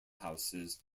houses